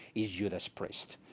is judas priest.